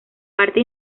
parte